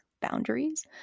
boundaries